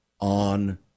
on